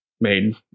made